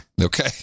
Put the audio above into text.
Okay